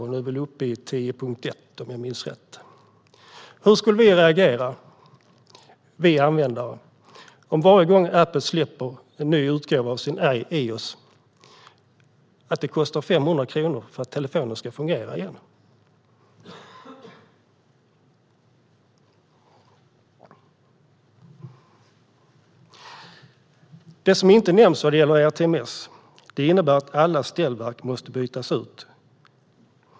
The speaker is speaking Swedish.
Nu är man väl uppe i 10.1, om jag minns rätt. Hur skulle vi användare reagera om det varje gång Apple släpper en ny utgåva av iOS skulle kosta 500 kronor att få telefonen att fungera igen? Det som inte nämns vad gäller ERTMS är att detta innebär att alla ställverk måste bytas ut.